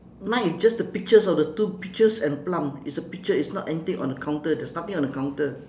mine is just the pictures of the two peaches and plum it's a picture its not anything on the counter there's nothing on the counter